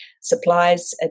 supplies